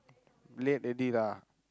late already lah